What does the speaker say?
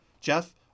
Jeff